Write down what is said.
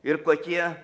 ir kokie